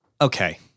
Okay